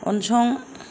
उनसं